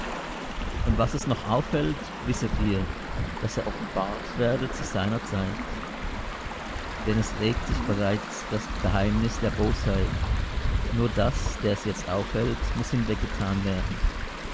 und was es noch aufhält wisset ihr daß er offenbart werde zu seiner zeit denn es regt sich bereits das geheimnis der bosheit nur daß der es jetzt aufhält muß hinweggetan werden